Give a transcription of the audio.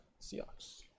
Seahawks